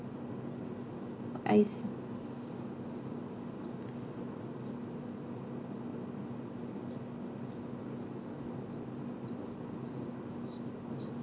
I